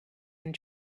and